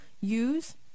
use